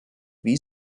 wie